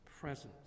presence